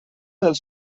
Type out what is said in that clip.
dels